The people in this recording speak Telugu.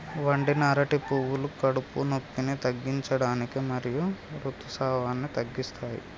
వండిన అరటి పువ్వులు కడుపు నొప్పిని తగ్గించడానికి మరియు ఋతుసావాన్ని తగ్గిస్తాయి